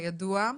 כידוע,